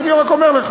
אז אני רק אומר לך.